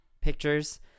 pictures